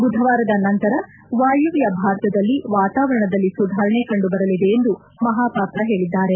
ಬುಧವಾರದ ನಂತರ ವಾಯುವ್ತ ಭಾರತದಲ್ಲಿ ವಾತಾವರಣದಲ್ಲಿ ಸುಧಾರಣೆ ಕಂಡುಬರಲಿದೆ ಎಂದು ಮಹಾಪಾತ್ರ ಹೇಳಿದ್ದಾರೆ